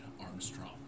Armstrong